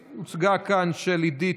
שתעבור לוועדה לזכויות הילד.